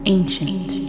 Ancient